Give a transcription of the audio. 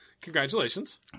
Congratulations